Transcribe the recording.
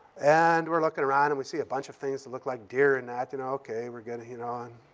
and we're looking around, and we see a bunch of things that look like deer and that. you know, okay, we're getting it on.